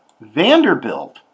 Vanderbilt